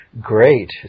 great